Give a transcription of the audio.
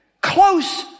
close